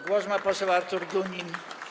Głos ma poseł Artur Dunin.